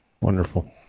Wonderful